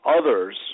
others